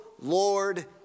Lord